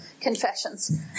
confessions